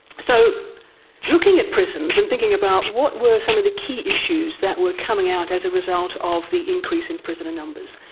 so looking at prisons and thinking about what were some of the key issues that were coming out as a result of the increase in prisoner numbers.